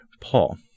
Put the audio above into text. Paul